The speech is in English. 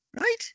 right